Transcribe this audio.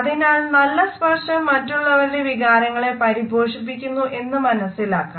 അതിനാൽ നല്ല സ്പർശം മറ്റുള്ളവരുടെ വികാരങ്ങളെ പരിപോഷിപ്പിക്കുന്നു എന്ന് മനസിലാക്കാം